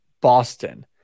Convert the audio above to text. boston